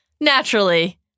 naturally